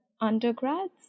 undergrads